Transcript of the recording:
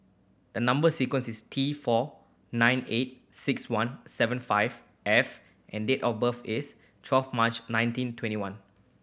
the number sequence is T four nine eight six one seven five F and date of birth is twelve March nineteen twenty one